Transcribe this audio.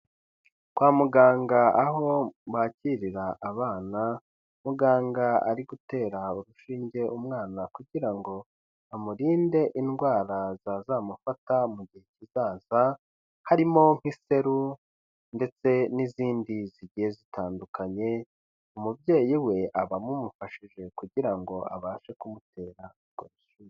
Kwa muganga aho bakirira abana, muganga ari gutera urushinge umwana kugira ngo amurinde indwara zazamufata mu gihe kizaza harimo: nk'iseru ndetse n'izindi zigiye zitandukanye, umubyeyi we aba amumufashije kugira ngo abashe kumutera urwo rushinge.